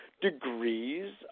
degrees